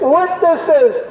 witnesses